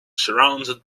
surrounded